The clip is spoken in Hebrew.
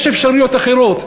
יש אפשרויות אחרות.